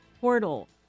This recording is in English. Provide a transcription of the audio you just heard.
portal